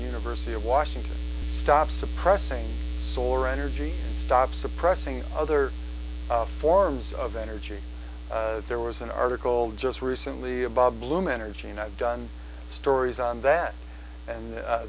university of washington stop suppressing zora energy stop suppressing other forms of energy there was an article just recently about bloom energy and i've done stories on that and